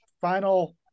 final